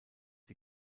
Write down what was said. die